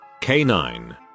K9